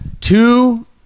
two